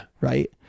Right